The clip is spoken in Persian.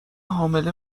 حامله